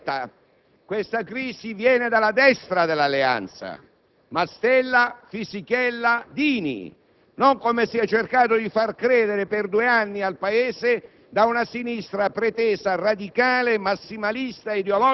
Se quello che è stato imputato al senatore Mastella e agli altri personaggi coinvolti è solo malcostume o è reato lo deciderà la magistratura nella sua autonomia,